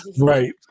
right